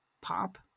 pop